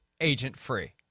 agent-free